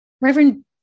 Reverend